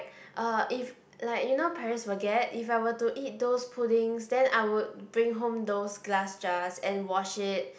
uh if like you know Paris Baguette if I were to eat those puddings then I would bring home those glass jars and wash it